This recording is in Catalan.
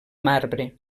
marbre